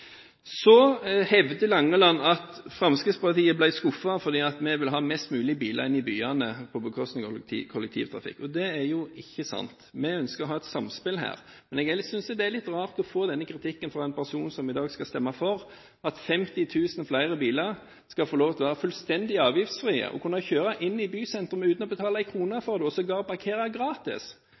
Så hevder Langeland at Fremskrittspartiet ble skuffet fordi vi vil ha mest mulig biler inn i byene på bekostning av kollektivtrafikken. Det er jo ikke sant. Vi ønsker å ha et samspill her. Jeg synes det er litt rart å få den kritikken fra en person som i dag skal stemme for at 50 000 flere biler skal få lov til å være fullstendig avgiftsfrie, og skal kunne kjøre inn i bysentrum uten å måtte betale en krone for det, og sågar parkere gratis.